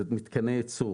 זה מתקני ייצור.